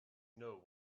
know